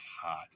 hot